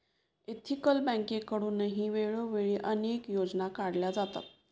ethical बँकेकडूनही वेळोवेळी अनेक योजना काढल्या जातात